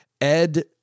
Ed